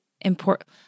important